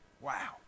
Wow